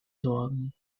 sorgen